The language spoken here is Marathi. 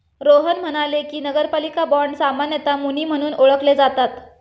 रोहन म्हणाले की, नगरपालिका बाँड सामान्यतः मुनी म्हणून ओळखले जातात